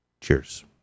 Cheers